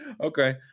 okay